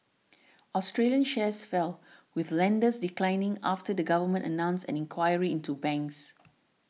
Australian shares fell with lenders declining after the government announced an inquiry into banks